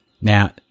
Now